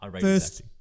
First